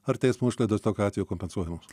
ar teismo išlaidos tokiu atveju kompensuojamos